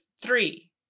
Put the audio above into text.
three